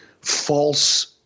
false